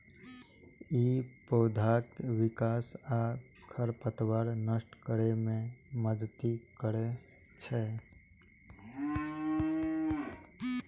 ई पौधाक विकास आ खरपतवार नष्ट करै मे मदति करै छै